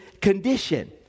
condition